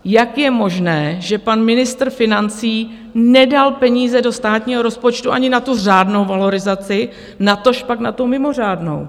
Jak je možné, že pan ministr financí nedal peníze do státního rozpočtu ani na tu řádnou valorizaci, natožpak na tu mimořádnou?